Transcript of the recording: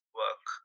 work